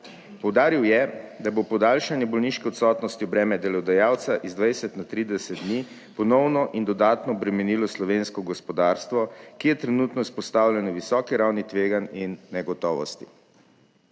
poudaril je, da bo podaljšanje bolniške odsotnosti v breme delodajalca z 20 na 30 dni ponovno in dodatno bremenilo slovensko gospodarstvo, ki je trenutno izpostavljeno visoki ravni tveganj in negotovosti.